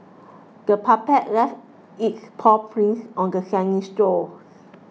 the puppy left its paw prints on the sandy shore